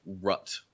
rut